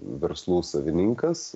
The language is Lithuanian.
verslų savininkas